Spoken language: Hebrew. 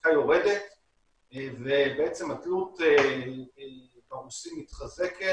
ההפקה יורדת ובעצם התלות ברוסים מתחזקת